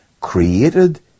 created